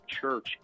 church